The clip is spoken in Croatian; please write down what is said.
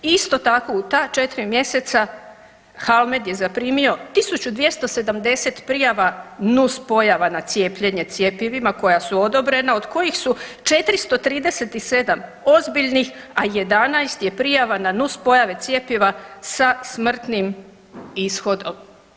Isto tako u ta 4 mjeseca HALMED je zaprimio 1270 prijava nuspojava na cijepljenje cjepivima koja su odobrena od kojih su 437 ozbiljnih, a 11 je prijava na nuspojave cjepiva sa smrtnim ishodom.